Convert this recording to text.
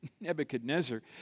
Nebuchadnezzar